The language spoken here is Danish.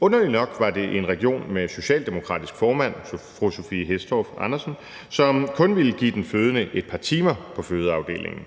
Underligt nok var det en region med en socialdemokratisk formand, nemlig fru Sophie Hæstorp Andersen, som kun ville give den fødende et par timer på fødeafdelingen.